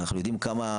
אנחנו יודעים כמה,